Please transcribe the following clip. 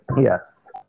Yes